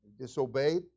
disobeyed